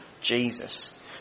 Jesus